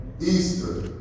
Easter